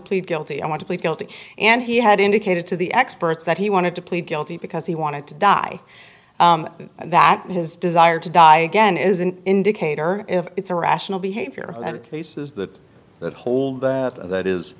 plead guilty i want to plead guilty and he had indicated to the experts that he wanted to plead guilty because he wanted to die and that his desire to die again is an indicator if it's irrational behavior and cases that that hold that